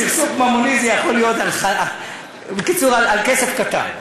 סכסוך ממוני זה יכול להיות, בקיצור, על כסף קטן.